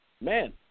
man